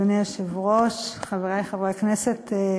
אדוני היושב-ראש, חברי חברי הכנסת,